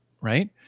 right